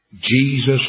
Jesus